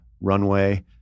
runway